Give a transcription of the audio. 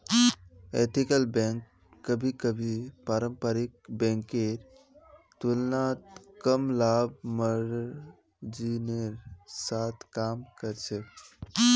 ethical bank कभी कभी पारंपरिक बैंकेर तुलनात कम लाभ मार्जिनेर साथ काम कर छेक